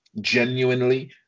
genuinely